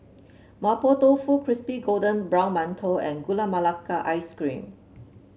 Mapo Tofu Crispy Golden Brown Mantou and Gula Melaka Ice Cream